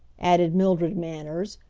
added mildred manners,